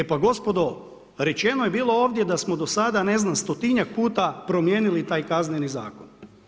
E pa gospodo, rečeno je bilo ovdje da smo do sada ne znam stotinjak puta promijenili taj Kazneni zakon.